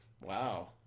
Wow